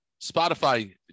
Spotify